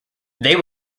they